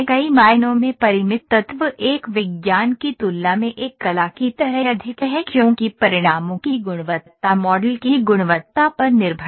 कई मायनों में परिमित तत्व एक विज्ञान की तुलना में एक कला की तरह अधिक है क्योंकि परिणामों की गुणवत्ता मॉडल की गुणवत्ता पर निर्भर है